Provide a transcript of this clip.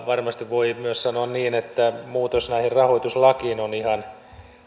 varmasti voi sanoa myös niin että muutos tähän rahoituslakiin on ihan